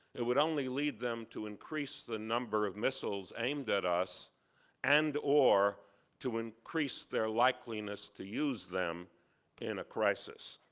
it would only lead them to increase the number of missiles aimed at us and or to increase their likeliness to use them in a crisis.